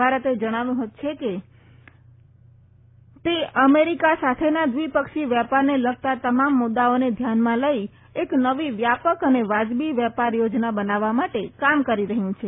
ભારતે જણાવ્યું હતું કે તે ભારત અને અમેરિકા વચ્ચેના દ્વિપક્ષીય વેપારને લગતા તમામ મુદાઓને ધ્યાનમાં લઈ એક નવુ વ્યાપક અને વાજબી વેપાર યોજના બનાવવા માટે કામ કરી રહયું છે